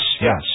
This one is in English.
Yes